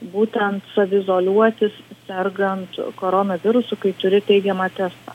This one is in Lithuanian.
būtent saviizoliuotis sergant koronavirusu kai turi teigiamą testą